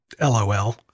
LOL